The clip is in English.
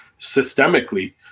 systemically